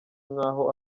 nkaho